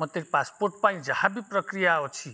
ମୋତେ ପାସ୍ପୋର୍ଟ ପାଇଁ ଯାହାବି ପ୍ରକ୍ରିୟା ଅଛି